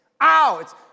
Ow